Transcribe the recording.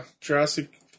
Jurassic